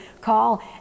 call